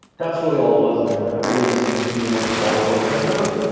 that's really all it was, man. i think it was just an accumulation of all the work i've done.